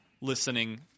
listening